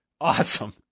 Awesome